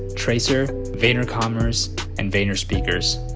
tracer, vayner commerce and vayner speakers.